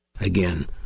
Again